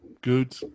good